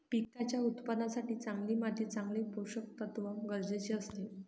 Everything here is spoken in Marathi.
पिकांच्या उत्पादनासाठी चांगली माती चांगले पोषकतत्व गरजेचे असते